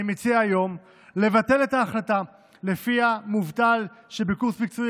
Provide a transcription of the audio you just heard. אני מציע היום לבטל את ההחלטה שלפיה מובטל בקורס מקצועי